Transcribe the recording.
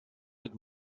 mit